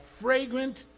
fragrant